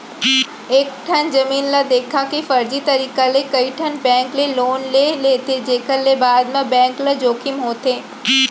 एकेठन जमीन ल देखा के फरजी तरीका ले कइठन बेंक ले लोन ले लेथे जेखर ले बाद म बेंक ल जोखिम होथे